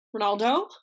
Ronaldo